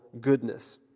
goodness